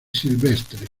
silvestres